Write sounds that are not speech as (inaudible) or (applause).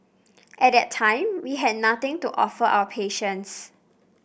(noise) at that time we had nothing to offer our patients